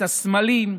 את הסמלים,